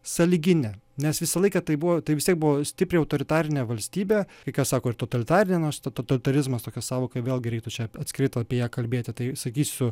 sąlyginė nes visą laiką tai buvo tai vis tiek buvo stipri autoritarinė valstybė kai kas sako totalitarinė nos totalitarizmas tokia sąvoka vėl reiktų atskirai apie ją kalbėti tai sakysiu